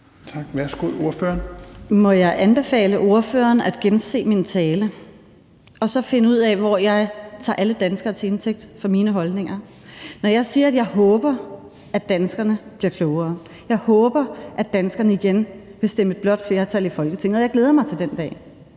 Må jeg anbefale spørgeren at gense min tale og så finde ud af, hvor jeg tager alle danskeres holdninger til indtægt for mine holdninger. Når jeg siger, at jeg håber, at danskerne bliver klogere, at jeg håber, at danskerne igen vil stemme et blåt flertal i Folketinget, og jeg glæder mig til den dag,